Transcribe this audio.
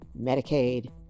Medicaid